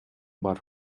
бар